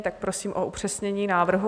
Tak prosím o upřesnění návrhu.